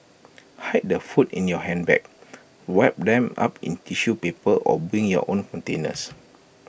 hide the food in your handbag wrap them up in tissue paper or bring your own containers